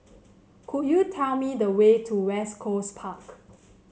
could you tell me the way to West Coast Park